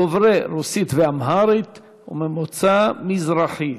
דוברי רוסית ואמהרית וממוצא מזרחי,